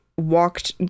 walked